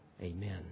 Amen